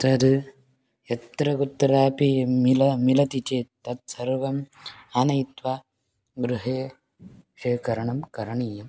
तद् यत्र कुत्रापि मिल मिलति चेत् तत् सर्वम् आनयित्वा गृहे शेखरणं करणीयम्